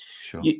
Sure